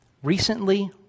Recently